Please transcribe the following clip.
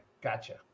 gotcha